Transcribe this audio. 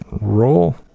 Roll